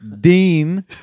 Dean